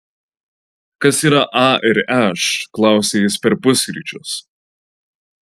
kas yra a ir š klausia jis per pusryčius